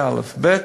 ב.